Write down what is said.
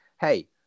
hey